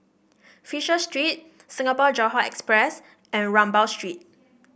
Fisher Street Singapore Johore Express and Rambau Street